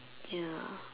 ya